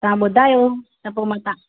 तव्हां ॿुधायो त पोइ मां तव्हां